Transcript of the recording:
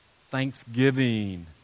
thanksgiving